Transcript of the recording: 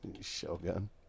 Shogun